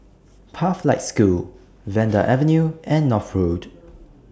Pathlight School Vanda Avenue and North Road